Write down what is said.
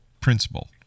principle